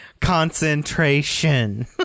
concentration